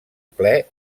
ple